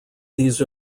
these